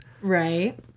Right